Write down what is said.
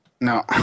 No